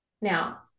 Now